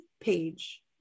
page